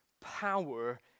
power